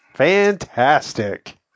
Fantastic